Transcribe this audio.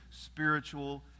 spiritual